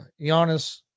Giannis